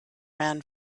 ran